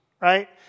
right